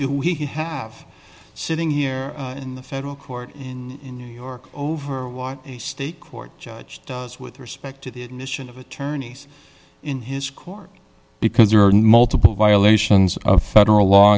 do we have sitting here in the federal court in new york over what a state court judge does with respect to the mission of attorneys in his court because there are no multiple violations of federal law